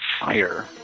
fire